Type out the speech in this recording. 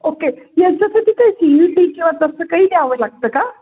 okay यांच्यासाठी काही C U T किंवा तसं काही द्यावं लागतं का